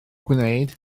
gwneud